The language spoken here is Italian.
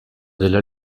della